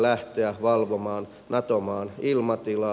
lähteä valvomaan nato maan ilmatilaa